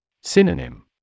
Synonym